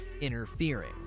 interfering